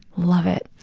love it.